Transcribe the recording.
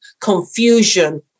confusion